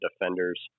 defenders